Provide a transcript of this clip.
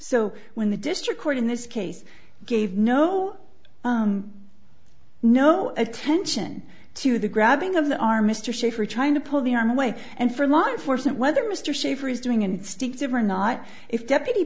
so when the district court in this case gave no no attention to the grabbing of the arm mr schieffer trying to pull the arm away and for law enforcement whether mr schieffer is doing instinctive or not if deputy